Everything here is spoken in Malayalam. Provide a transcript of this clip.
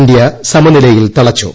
ഇന്ത്യ സമനിലയിൽ തളച്ചു